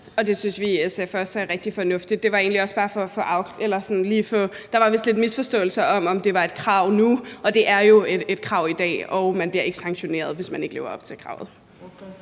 lige at få det afklaret, for der var vist lidt misforståelse, i forhold til om det var et krav nu. Og det er jo et krav i dag, og man bliver ikke sanktioneret, hvis man ikke lever op til kravet.